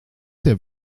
der